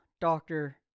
Doctor